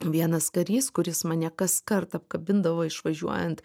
vienas karys kuris mane kaskart apkabindavo išvažiuojant